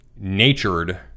natured